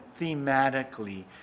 thematically